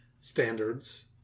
standards